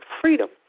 freedom